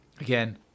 again